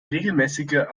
regelmäßig